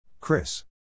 Chris